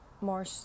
more